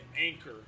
anchor